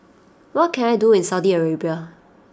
what can I do in Saudi Arabia